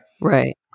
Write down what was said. Right